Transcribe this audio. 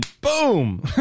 boom